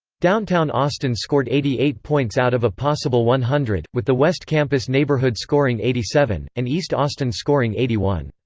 downtown austin scored eighty eight points out of a possible one hundred, with the west campus neighborhood scoring eighty seven, and east austin scoring eighty one.